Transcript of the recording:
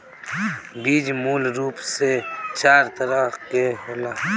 बीज मूल रूप से चार तरह के होला